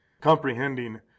comprehending